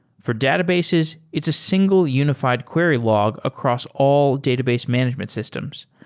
for databases, it's a single unified query log across all database management systems.